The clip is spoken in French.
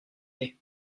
nez